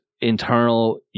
internal